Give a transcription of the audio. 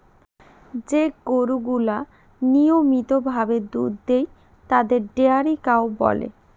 যে গরুগুলা নিয়মিত ভাবে দুধ দেয় তাদের ডেয়ারি কাউ বলে